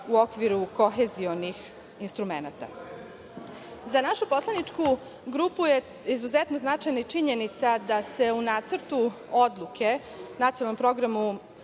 u okviru kohezionih instrumenata.Za našu poslaničku grupu je izuzetno značajna i činjenica da se u nacrtu odluke Nacionalnom programu